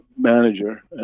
manager